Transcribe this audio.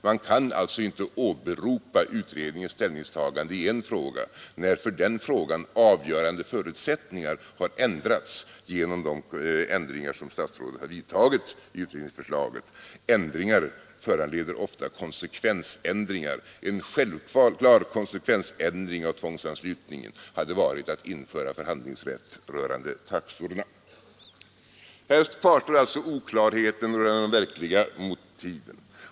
Man kan alltså inte åberopa utredningens ställningstagande i en fråga, när för den frågan avgörande förutsättningar har ändrats genom de ändringar som statsrådet har vidtagit i utredningsförslaget. Ändringar föranleder ofta konsekvensändringar. En självklar konsekvens av tvångsanslutningen hade varit att införa förhandlingsrätt rörande taxorna. Här kvarstår alltså oklarheten rörande de verkliga motiven.